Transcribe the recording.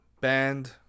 band